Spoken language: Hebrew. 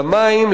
למים,